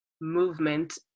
movement